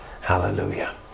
Hallelujah